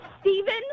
Steven